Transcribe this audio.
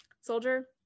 soldier